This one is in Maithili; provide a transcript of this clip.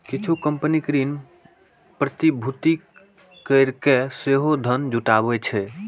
किछु कंपनी ऋण प्रतिभूति कैरके सेहो धन जुटाबै छै